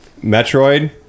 Metroid